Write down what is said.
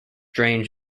drains